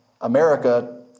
America